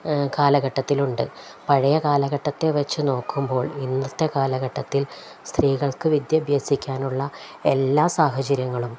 കാലഘട്ടത്തിലുണ്ട് പഴയ കാലഘട്ടത്തെ വച്ചുനോക്കുമ്പോൾ ഇന്നത്തെ കാലഘട്ടത്തിൽ സ്ത്രീകൾക്കു വിദ്യ അഭ്യസിക്കാനുള്ള എല്ലാ സാഹചര്യങ്ങളും